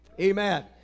Amen